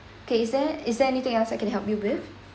okay is there is there anything else I can help you with